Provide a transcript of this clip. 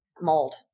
mold